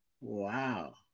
wow